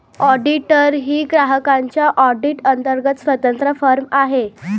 auditor ही ग्राहकांच्या audit अंतर्गत स्वतंत्र फर्म आहे